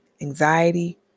anxiety